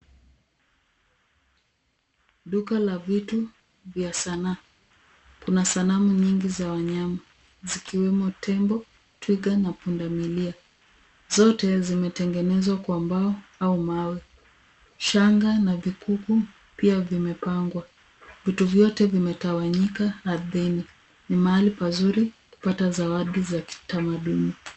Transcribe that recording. Duka la vitu vya sanaa. Kuna sanamu nyingi za wanyama, zikiwemo tembo, twiga, na punda milia. Zote zimetengenezwa kwa mbao au mawe. Shanga na vikuku pia vimepangwa. Vitu vyote vimetawanyika ardhini. N mahali pazuri kupata zawadi za kitamaduni.